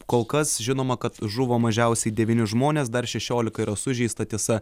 kol kas žinoma kad žuvo mažiausiai devyni žmonės dar šešiolika yra sužeista tiesa